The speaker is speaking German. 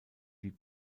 wie